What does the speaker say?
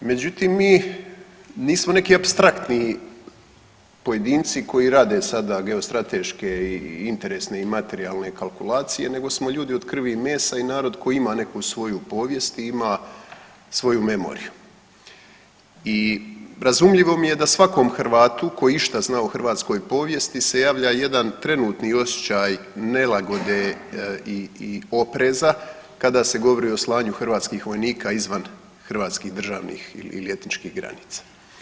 Međutim, mi nismo neki apstraktni pojedinci koji rade sada geostrateške, interesne i materijalne kalkulacije nego smo ljudi od krvi i mesa i narod koji ima neku svoju povijest ima svoju memoriju i razumljivo mi je da svakom Hrvatu koji išta zna o hrvatskoj povijesti se javlja jedan trenutni osjećaj nelagode i opreza kada se govori o slanju hrvatskih vojnika izvan hrvatskih državnih ili etničkih granica.